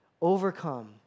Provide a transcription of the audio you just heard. Overcome